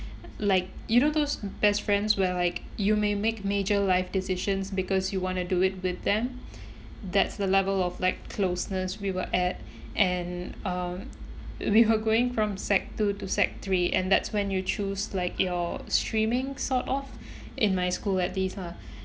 like you know those best friends where like you may make major life decisions because you want to do it with them that's the level of like closeness we were at and um we were going from sec two to sec three and that's when you choose like your streaming sort of in my school at least uh